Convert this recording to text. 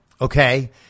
okay